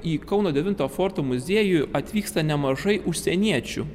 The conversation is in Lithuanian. į kauno devinto forto muziejų atvyksta nemažai užsieniečių